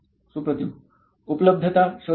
सुप्रतिव उपलब्धता शोधताय